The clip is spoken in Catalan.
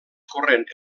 corrent